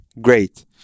Great